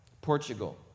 Portugal